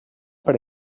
per